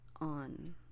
on